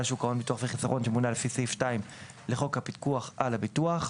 שוק ההון ביטוח וחיסכון שמונה לפי סעיף 2 לחוק הפיקוח על הביטוח;